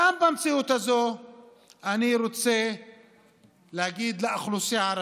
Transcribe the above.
גם במציאות הזאת אני רוצה להגיד לאוכלוסייה הערבית,